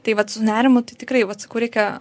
tai vat su nerimu tai tikrai vat sakau reikia